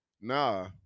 nah